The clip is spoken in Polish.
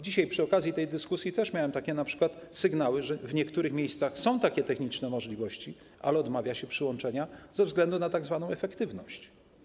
Dzisiaj przy okazji tej dyskusji miałem np. sygnały, że w niektórych miejscach są takie techniczne możliwości, ale odmawia się przyłączenia ze względu na tzw. efektywność.